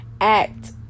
act